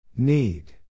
need